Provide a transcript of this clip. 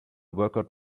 workout